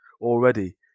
already